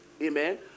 Amen